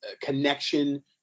connection